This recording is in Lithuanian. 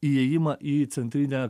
įėjimą į centrinę